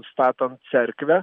statant cerkvę